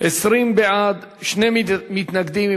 20 בעד, שני מתנגדים.